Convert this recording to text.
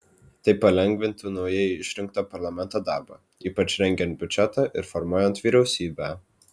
tai palengvintų naujai išrinkto parlamento darbą ypač rengiant biudžetą ir formuojant vyriausybę